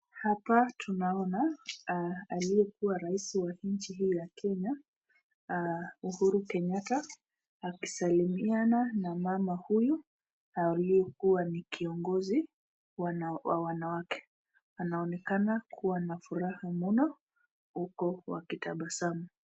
Hapa tunaona aliyekuwa rais wa nchi hili la Kenya Uhuru Kenyatta, akisalimiana na mama huyu aliyekuwa kiongozi wa wanawake anaonekana kuwa na furaha mno huko wakitabasamu.